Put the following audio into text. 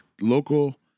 local